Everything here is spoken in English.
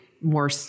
more